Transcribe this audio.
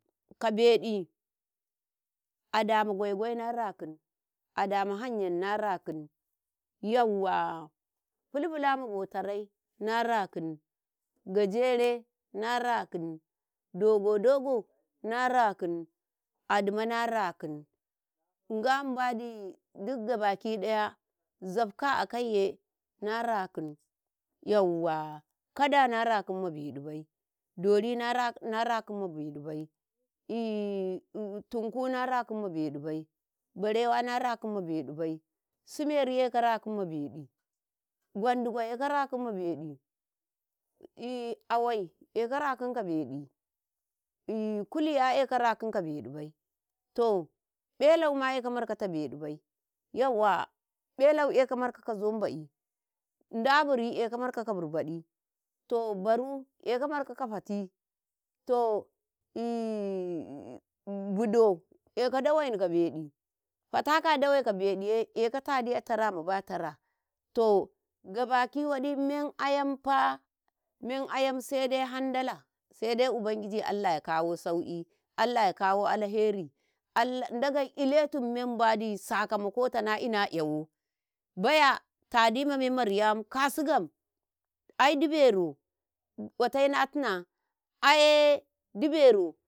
ka bedi ada ma gwaigwai na rakin, ada ma hanyan na rakin, yauwa fulfula ma bo tarai na rakin, gajere na rakin, dogo-dogo na rakin, adumo na rakin, nga ma badi dik gabaki wadi zafko akai ye na rakin kada na rakin ma bedi bai, dori na rakin m bedi bai, eii tunku na rakin ma bedi bai, barewa na rakin ma bedi bai sumeri eko rakin ma bedi, ei gwandugo eko rakin ma bedi, awai eko rakin rakin ka bedi, eei kuliya eko rakin ka bedi bai, to belawi ma eko marka ka bedi bai, yauwa belawi eko marko ka zomaba'i ndaburi eko marko ka burbadi, baru eko marko ka fati, to eehh budo eko dawai ni ka bedi, fatako a dawai ka bedi ye eko taadi a tara ma ba tara, gabaki wadi mannanyan fa sai dai godiya ma tala burba, sai dai ndagai uletu sauki, ndagai iletu membandi sakamakoyi na ina yewo sosai baya tadai ma memma riya mun kasu gam ai dubero watai na hnina aye dubero.